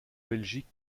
belgique